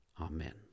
Amen